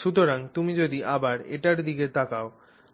সুতরাং তুমি যদি আবার এটির দিকে তাকাও